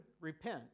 repent